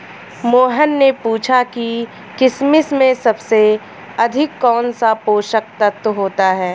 मोहन ने पूछा कि किशमिश में सबसे अधिक कौन सा पोषक तत्व होता है?